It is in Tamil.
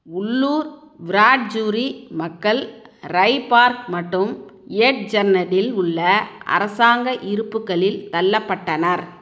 உள்ளூர் விராட்ஜூரி மக்கள் ரை பார்க் மட்டும் எட்ஜெர்டனில் உள்ள அரசாங்க இருப்புக்களில் தள்ளப்பட்டனர்